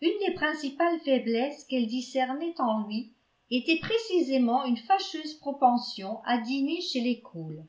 une des principales faiblesses qu'elle discernait en lui était précisément une fâcheuse propension à dîner chez les cole